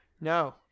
no